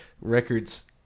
records